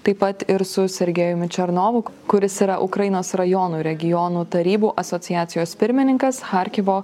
taip pat ir su sergejumi černovu kuris yra ukrainos rajonų ir regionų tarybų asociacijos pirmininkas charkivo